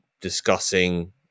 discussing